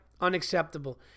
Unacceptable